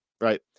right